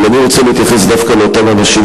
אבל אני רוצה להתייחס דווקא לאותם אנשים